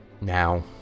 Now